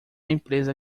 empresa